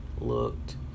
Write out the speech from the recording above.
looked